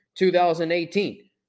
2018